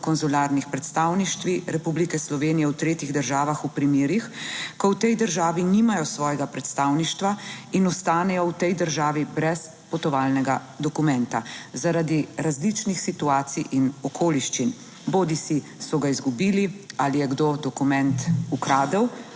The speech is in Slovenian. konzularnih predstavništvih Republike Slovenije. v tretjih državah v primerih, ko v tej državi nimajo svojega predstavništva in ostanejo v tej državi brez potovalnega dokumenta, zaradi različnih situacij in okoliščin bodisi so ga izgubili ali je kdo dokument ukradel